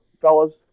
fellas